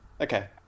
okay